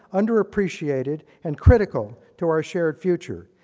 under-appreciated, and critical to our shared future.